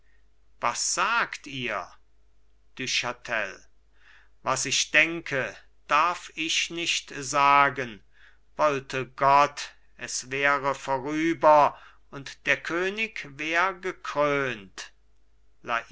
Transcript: was sagt ihr du chatel was ich denke darf ich nicht sagen wollte gott es wäre vorüber und der könig wär gekrönt